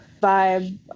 vibe